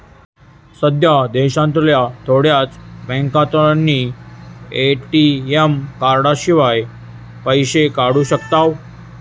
सध्या देशांतल्या थोड्याच बॅन्कांतल्यानी ए.टी.एम कार्डशिवाय पैशे काढू शकताव